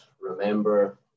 remember